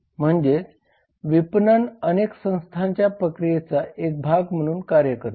म्हणजेच विपणन अनेक संस्थांच्या प्रक्रियेचा एक भाग म्हणून कार्य करते